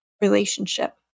relationship